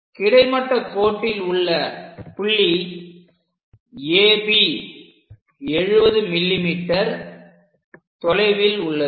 கிடைமட்ட கோட்டில் உள்ள புள்ளி AB 70 mm தொலைவில் உள்ளது